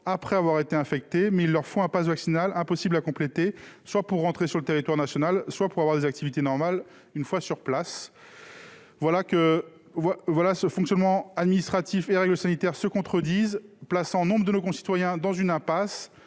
après avoir été infectés alors qu'ils ont besoin de leur passe vaccinal, qu'ils ne peuvent compléter, soit pour rentrer sur le territoire national, soit pour avoir des activités normales une fois sur place. Fonctionnement administratif et règles sanitaires se contredisent, plaçant nombre de nos concitoyens dans une impasse.